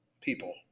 people